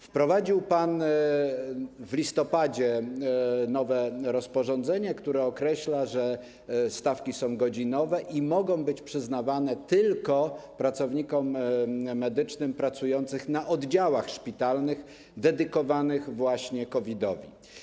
Wprowadził pan w listopadzie nowe rozporządzenie, które określa, że stawki są godzinowe i mogą być przyznawane tylko pracownikom medycznym pracującym na oddziałach szpitalnych, dedykowanych COVID-owi.